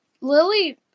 Lily